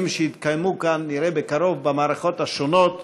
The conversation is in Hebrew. שהתקיימו כאן נראה בקרוב במערכות השונות.